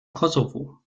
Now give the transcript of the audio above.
kosovo